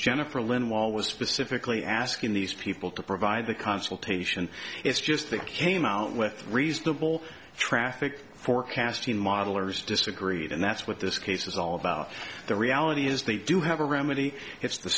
was specifically asking these people to provide the consultation is just they came out with reasonable traffic forecasting modelers disagreed and that's what this case is all about the reality is they do have a remedy it's the